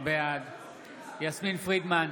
בעד יסמין פרידמן,